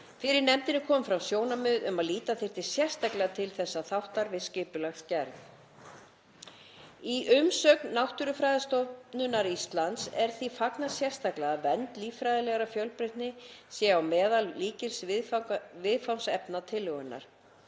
Fyrir nefndinni komu fram sjónarmið um að líta þyrfti sérstaklega til þess þáttar við skipulagsgerð. Í umsögn Náttúrufræðistofnunar Íslands er því fagnað sérstaklega að vernd líffræðilegrar fjölbreytni sé á meðal lykilviðfangsefna tillögunnar.